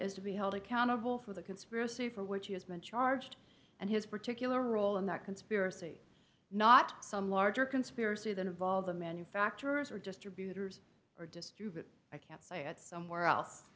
is to be held accountable for the conspiracy for which he has been charged and his particular role in that conspiracy not some larger conspiracy that involved the manufacturers or just tribute or distribute i can't say it somewhere else